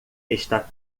está